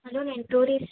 hello నేను tourist